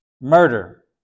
Murder